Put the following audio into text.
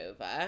over